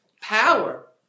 power